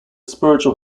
spiritual